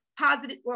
positive